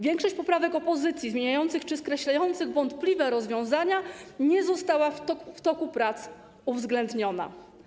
Większość poprawek opozycji zmieniających czy skreślających wątpliwe rozwiązania nie została w toku prac uwzględniona.